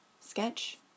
sketch